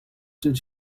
did